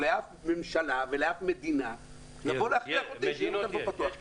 לאף ממשלה ולאף מדינה להכריח אותי להשאיר אותו פתוח.